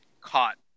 caught